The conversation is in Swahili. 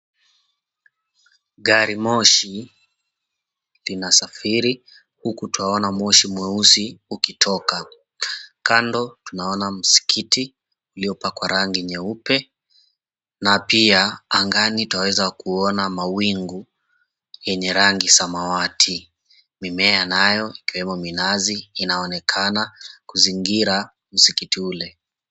Gari moshi linasafiri huku twaona moshi mweusi ukitoka. Kando tunaona msikiti uliopakwa rangi nyeupe, na pia angani twaweza kuona mawingu yenye rangi samawati. Mimea nayo, ikiwemo minazi, inaonekana kuzingira msikiti ule.